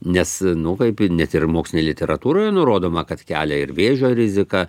nes nu kaip i net ir mokslinėj literatūroj nurodoma kad kelia ir vėžio riziką